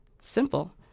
Simple